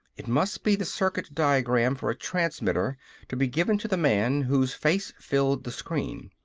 it must be the circuit-diagram for a transmitter to be given to the man whose face filled the screen.